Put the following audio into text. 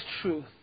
truth